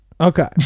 Okay